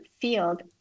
field